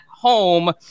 home